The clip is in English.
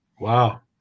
Wow